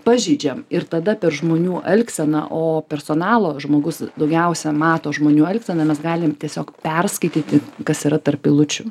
pažeidžiam ir tada per žmonių elgseną o personalo žmogus daugiausia mato žmonių elgseną mes galim tiesiog perskaityti kas yra tarp eilučių